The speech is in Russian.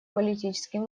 политическим